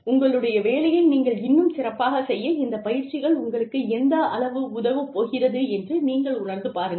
உங்களுடைய வேலையை நீங்கள் இன்னும் சிறப்பாக செய்ய இந்த பயிற்சிகள் உங்களுக்கு எந்த அளவுக்கு உதவப் போகிறது என்று நீங்கள் உணர்ந்து பாருங்கள்